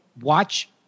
watch